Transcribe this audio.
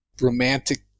romantic